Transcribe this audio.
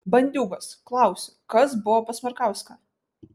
bandiūgos klausiu kas buvo pas markauską